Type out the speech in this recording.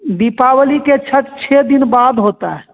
दीपावली के छठ छः दिन बाद होता है